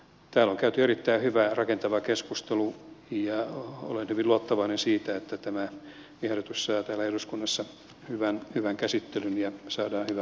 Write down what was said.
täällä on käyty erittäin hyvä ja rakentava keskustelu ja olen hyvin luottavainen että tämä lakiehdotus saa täällä eduskunnassa hyvän käsittelyn ja sodankylän